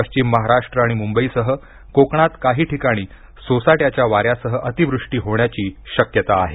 पश्चिम महाराष्ट्र आणि म्ंबईसह कोकणात काही ठिकाणी सोसाट्याच्या वार्या सह अतिवृष्टी होण्याची शक्यता आहे